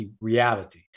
reality